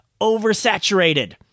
oversaturated